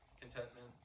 contentment